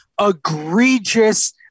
egregious